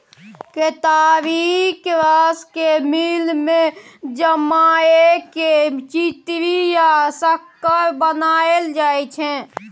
केतारीक रस केँ मिल मे जमाए केँ चीन्नी या सक्कर बनाएल जाइ छै